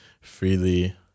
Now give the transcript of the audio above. freely